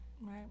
Right